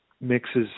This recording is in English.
mixes